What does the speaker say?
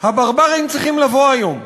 / הברברים צריכים לבוא היום.